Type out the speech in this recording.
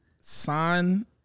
sign